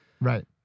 Right